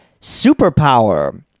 superpower